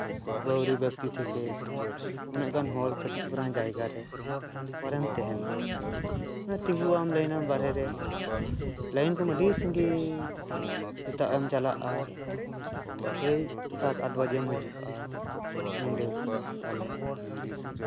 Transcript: ᱵᱟᱹᱣᱨᱤ ᱵᱮᱠᱛᱤ ᱛᱷᱮᱠᱮ ᱩᱱᱟᱹᱜ ᱜᱟᱱ ᱦᱚᱲ ᱠᱟᱹᱴᱤᱡ ᱯᱟᱨᱟᱝ ᱡᱟᱭᱜᱟ ᱨᱮ ᱚᱠᱟ ᱨᱮᱢ ᱛᱟᱦᱮᱱᱟ ᱛᱤᱸᱜᱩᱜ ᱟᱢ ᱞᱟᱭᱤᱱ ᱟᱢ ᱵᱟᱦᱨᱮ ᱨᱮ ᱞᱟᱭᱤᱱ ᱠᱚᱜ ᱢᱮ ᱟᱹᱰᱤ ᱥᱟᱺᱜᱤᱧ ᱥᱮᱛᱟᱜ ᱮᱢ ᱪᱟᱞᱟᱜᱼᱟ ᱥᱮᱭ ᱥᱟᱛ ᱟᱴ ᱵᱟᱡᱮᱢ ᱦᱤᱡᱩᱜᱼᱟ ᱧᱤᱫᱟᱹ ᱛᱟᱦᱞᱮ